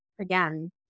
again